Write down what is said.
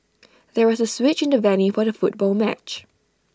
there was A switch in the venue for the football match